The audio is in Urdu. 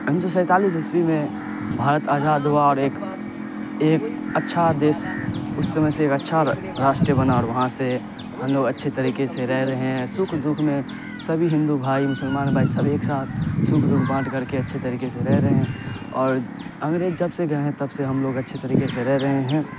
انیس سو سینتالیس عیسوی میں بھارت آزاد ہوا اور ایک ایک اچھا دیش اس سمے سے ایک اچھا راشٹر بنا اور وہاں سے ہم لوگ اچھے طریقے سے رہ رہے ہیں سکھ دکھ میں سبھی ہندو بھائی مسلمان بھائی سب ایک ساتھ سکھ دکھ بانٹ کر کے اچھے طریقے سے رہ رہے ہیں اور انگریز جب سے گئے ہیں تب سے ہم لوگ اچھے طریقے سے رہ رہے ہیں